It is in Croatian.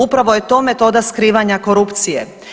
Upravo je to metoda skrivanja korupcije.